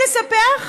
הם יכולים לספח,